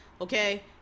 okay